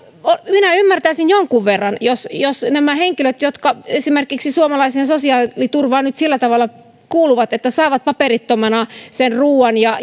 minä ymmärtäisin jonkin verran jos jos nämä henkilöt jotka esimerkiksi suomalaiseen sosiaaliturvaan nyt sillä tavalla kuuluvat että saavat paperittomana sen ruuan ja